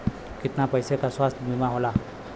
कितना पैसे का स्वास्थ्य बीमा होला?